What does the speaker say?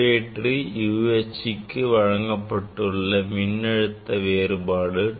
சூடேற்றி U Hக்கு வழங்கப்படவுள்ள மின்னழுத்த மதிப்பு 1